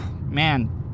man